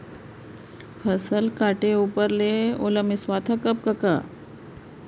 फसल काटे ऊपर ले ओला मिंसवाथा कब कका?